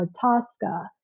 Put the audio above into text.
Tosca